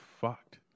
fucked